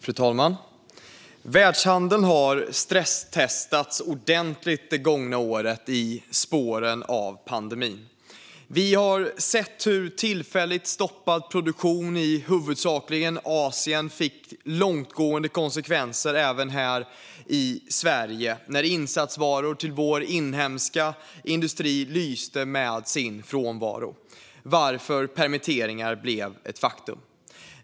Fru talman! Världshandeln har stresstestats ordentligt det gångna året i spåren av pandemin. Vi har sett hur tillfälligt stoppad produktion i huvudsakligen Asien fick långtgående konsekvenser även här i Sverige när insatsvaror till vår inhemska industri lyste med sin frånvaro, varför permitteringar blev ett faktum.